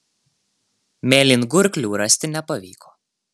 mėlyngurklių rasti nepavyko